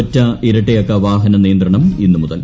ഒറ്റ ഇരട്ട അക്ക വാഹന ന്റിയ്ന്ത്രണം ഇന്ന് മുതൽ